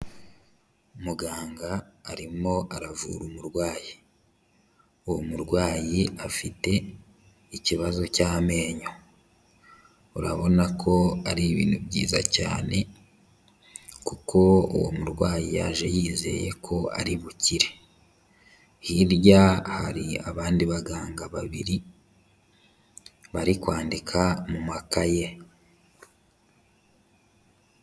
Muganga arimo aravura umurwayi, uwo murwayi afite ikibazo cy'amenyo, urabona ko ari ibintu byiza cyane kuko uwo murwayi yaje yizeye ko ari bukire, hirya hari abandi baganga babiri bari kwandika mu makaye.